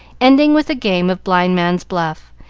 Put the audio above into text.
ending with a game of blind-man's-buff,